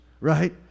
right